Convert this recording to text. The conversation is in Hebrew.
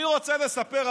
אני רוצה לספר,